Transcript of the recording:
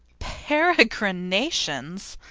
peregrinations,